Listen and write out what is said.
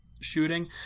Shooting